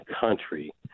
country